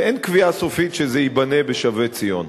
ואין קביעה סופית שזה ייבנה בשבי-ציון.